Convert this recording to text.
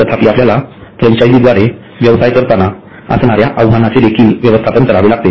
तथापिआपल्याला फ्रँचायझीद्वारे व्यवसाय करताना असणाऱ्या आव्हानाचे देखील व्यवस्थापन करावे लागते